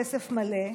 בכסף מלא,